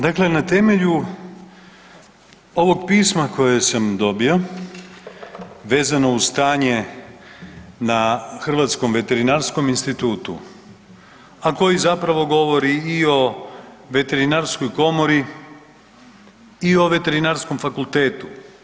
Dakle, na temelju ovog pisma koje sam dobio vezano uz stanje na Hrvatskom veterinarskom institutu, a koji zapravo govori i o Veterinarskoj komori i o Veterinarskom fakultetu.